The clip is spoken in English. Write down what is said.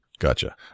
Gotcha